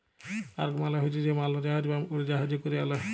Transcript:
cargo মালে হছে যে মালজাহাজ বা উড়জাহাজে ক্যরে আলে